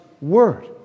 Word